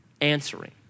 answering